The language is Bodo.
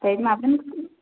ए माबानिखौ